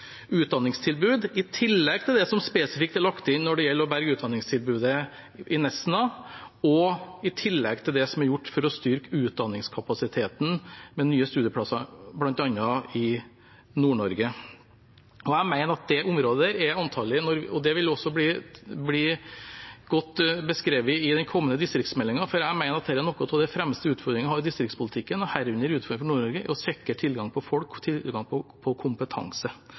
utdanningstilbud, i tillegg til det som spesifikt er lagt inn for å berge utdanningstilbudet i Nesna og i tillegg til det som er gjort for å styrke utdanningskapasiteten med nye studieplasser, bl.a. i Nord-Norge. Jeg mener at det området også vil bli godt beskrevet i den kommende distriktsmeldingen, for jeg mener at noe av den fremste utfordringen vi har i distriktspolitikken, og herunder utfordringer for Nord-Norge, er å sikre tilgangen på folk, tilgang på kompetanse. Derfor vil det bli vektlagt sterkt, og vi er allerede i gang. Så var Thorheim inn på